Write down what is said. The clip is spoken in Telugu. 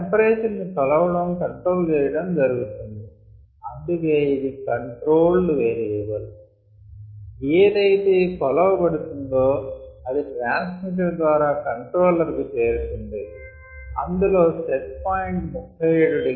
టెంపరేచర్ ని కొలవడం కంట్రోల్ చేయడం జరుగుతుంది అందుకే ఇది కంట్రోల్ల్డ్ వేరియబుల్ ఏదియైతే కొలవబడుతుందో అది ట్రాన్సమీటర్ ద్వారా కంట్రోలర్ కు చేరుతుంది అందులో సెట్ పాయింట్ 37 ºC